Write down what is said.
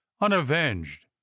Unavenged